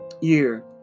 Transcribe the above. year